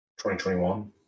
2021